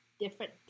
different